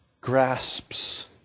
grasps